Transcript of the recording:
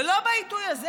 ולא בעיתוי הזה,